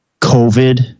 COVID